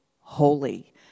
holy